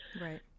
Right